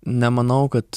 nemanau kad